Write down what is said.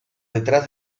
detrás